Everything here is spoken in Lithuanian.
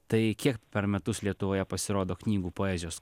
tai kiek per metus lietuvoje pasirodo knygų poezijos